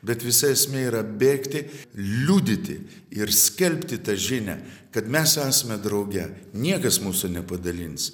bet visa esmė yra bėgti liudyti ir skelbti tą žinią kad mes esame drauge niekas mūsų nepadalins